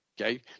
okay